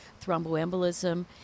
thromboembolism